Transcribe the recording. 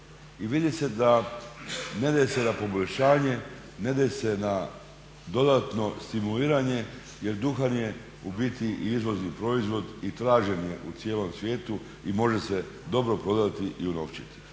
I vidi se da ne ide se na poboljšanje, ne ide se na dodatno stimuliranje jer duhan je u biti i izvozni proizvod i tražen je u cijelom svijetu i može se dobro prodati i unovčiti.